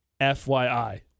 FYI